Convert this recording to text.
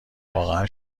واقعا